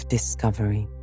Discovery